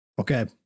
Okay